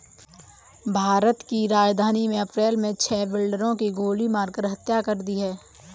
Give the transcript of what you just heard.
भारत की राजधानी में अप्रैल मे छह बिल्डरों की गोली मारकर हत्या कर दी है